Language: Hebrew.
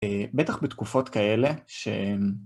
בטח בתקופות כאלה שהן...